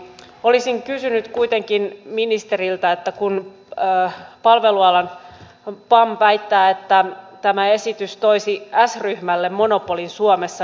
olisin kysynyt kuitenkin ministeriltä kun pam väittää että tämä esitys toisi s ryhmälle monopolin suomessa